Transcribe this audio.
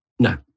no